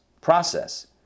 process